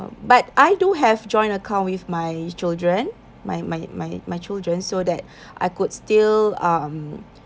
but I do have joint account with my children my my my my children so that I could still um